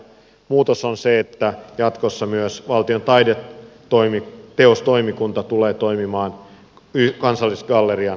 muutos on se että jatkossa myös valtion taideteostoimikunta tulee toimimaan kansallisgallerian yhteydessä